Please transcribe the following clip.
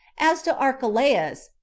as to archelaus,